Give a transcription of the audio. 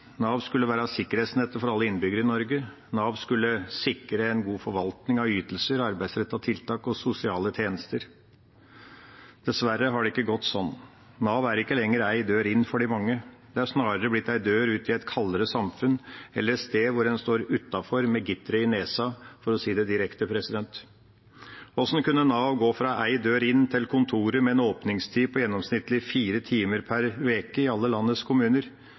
Nav skulle være sikkerhetsnettet for alle innbyggere i Norge. Nav skulle sikre en god forvaltning av ytelser, arbeidsrettede tiltak og sosiale tjenester. Dessverre har det ikke gått sånn. Nav er ikke lenger én dør inn for de mange. Det er snarere blitt en dør ut i et kaldere samfunn, eller et sted hvor en står utenfor med gitteret i nesa, for å si det direkte. Hvordan kunne Nav gå fra én dør inn til kontorer med en åpningstid på gjennomsnittlig fire timer per uke i alle landets kommuner?